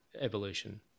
evolution